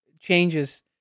changes